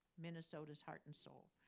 minnesota's heart and soul.